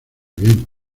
bien